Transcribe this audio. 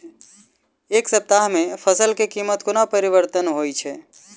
एक सप्ताह मे फसल केँ कीमत कोना परिवर्तन होइ छै?